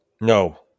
No